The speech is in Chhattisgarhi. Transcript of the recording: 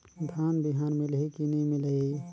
धान बिहान मिलही की नी मिलही?